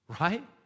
right